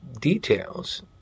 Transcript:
details